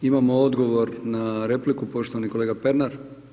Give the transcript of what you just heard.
Imamo odgovor na repliku, poštovani kolega Pernar.